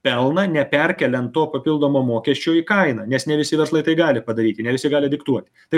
pelną neperkeliant to papildomo mokesčio į kainą nes ne visi verslai tai gali padaryti ne visi gali diktuoti tai